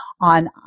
on